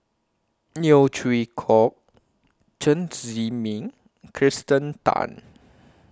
Neo Chwee Kok Chen Zhiming Kirsten Tan